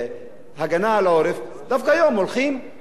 דווקא היום הולכים והורסים כפר בנגב.